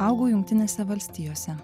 augo jungtinėse valstijose